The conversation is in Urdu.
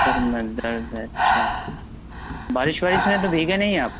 سر میں درد ہے اچھا بارش وارش میں تو بھیگے نہیں ہیں آپ